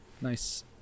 nice